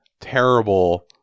terrible